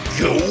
go